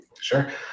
sure